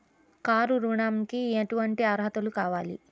Car ఋణంకి ఎటువంటి అర్హతలు కావాలి?